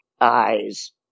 eyes